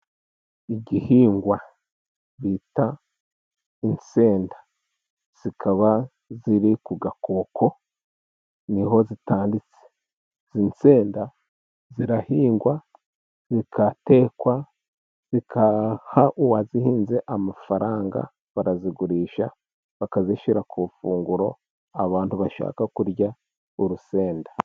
Igihingwa bita insenda, zikaba ziri ku gakoko niho zitanditse. Izi nsenda zirahingwa, zigatekwa, zigaha uwazihinze amafaranga, barazigurisha, bakazishyira ku ifunguro, abantu bashaka kurya urusenda.